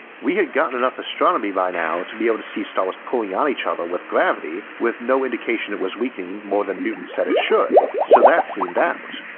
we had gotten enough at astronomy by now to be able to see stars pulling on each other with gravity with no indication it was weakening more than newton said it should, so that seemed out.